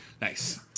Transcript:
Nice